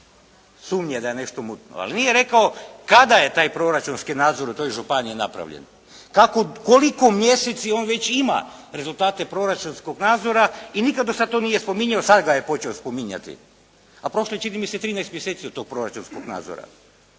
sumnje da je nešto mutno. Ali nije rekao kada je taj proračunski nadzor u toj županiji napravljen. Kako, koliko mjeseci on već ima rezultate proračunskog nadzora i nikada do sada to nije spominjao, sada ga je počeo spominjati, a prošlo je čini mi se 13 mjeseci od toga proračunskog nadzora.